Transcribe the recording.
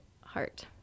heart